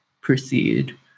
proceed